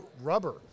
rubber